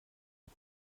der